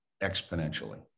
exponentially